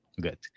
good